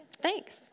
Thanks